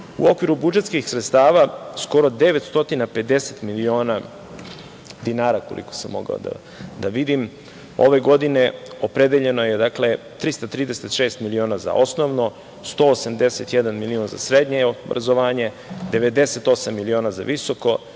okviru budžetskih sredstava skoro 950 miliona dinara, koliko sam mogao da vidim, ove godine opredeljeno je 336 miliona za osnovno, 181 milion za srednje obrazovanje, 98 miliona za visoko,